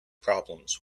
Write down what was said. problems